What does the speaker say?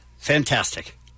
fantastic